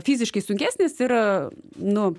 fiziškai sunkesnis ir nu